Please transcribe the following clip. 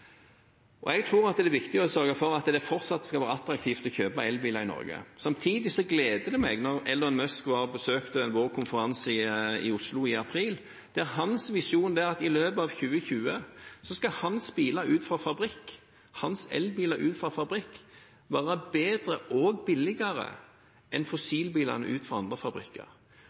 skal være attraktivt å kjøpe elbil i Norge. Samtidig gledet det meg da Elon Musk besøkte vår konferanse i Oslo i april, at hans visjon er at i løpet av 2020 skal hans elbiler ut fra fabrikk være bedre og billigere enn fossilbilene ut fra andre fabrikker.